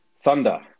thunder